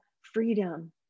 freedom